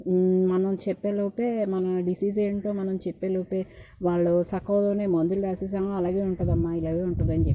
మనం చెప్పేలోపే మన డిసీజ్ ఏంటో మనం చెప్పేలోపే వాళ్ళు సగంలోనే మందులు రాసేసి అలాగే ఉంటుంది అమ్మాయి ఇలాగే ఉంటుందమ్మ అని చెప్పేసి